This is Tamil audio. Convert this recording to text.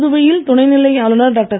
புதுவையில் துணைநிலை ஆளுநர் டாக்டர்